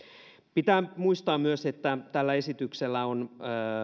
pitää muistaa myös että tällä esityksellä on